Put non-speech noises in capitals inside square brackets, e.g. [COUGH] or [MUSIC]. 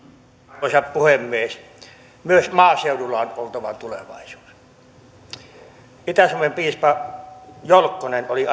arvoisa puhemies myös maaseudulla on oltava tulevaisuus itä suomen piispa jolkkonen oli [UNINTELLIGIBLE]